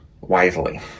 wisely